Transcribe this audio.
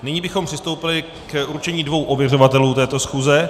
Nyní bychom přistoupili k určení dvou ověřovatelů této schůze.